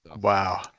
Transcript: wow